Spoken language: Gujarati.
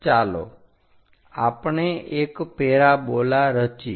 ચાલો આપણે એક પેરાબોલા રચીએ